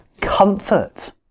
comfort